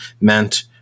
meant